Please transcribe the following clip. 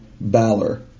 Balor